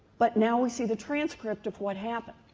but now we see the transcript of what happened.